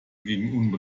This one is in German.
gegen